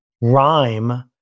rhyme